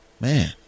man